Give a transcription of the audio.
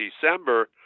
December